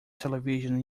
television